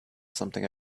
something